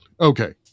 Okay